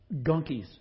gunkies